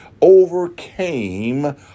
overcame